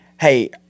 hey